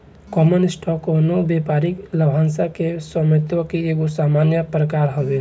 common stock कवनो व्यापारिक लाभांश के स्वामित्व के एगो सामान्य प्रकार हवे